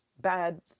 bad